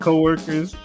Co-workers